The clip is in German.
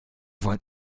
wollen